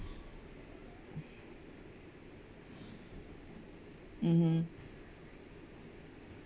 mmhmm